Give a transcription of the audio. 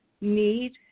need